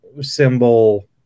symbol